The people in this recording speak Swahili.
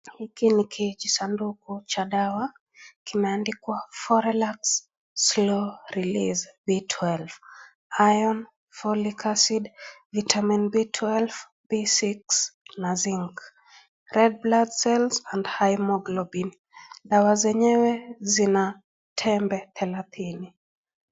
Hiki ni kijisanduku cha dawa kimeandikwa forellax slow relese b12, iron ,follic acid, vitamin B12, B6 na zinc . Red blood cells and haemoglobin . Dawa zenyewe zina tembe thelathini.